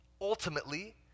ultimately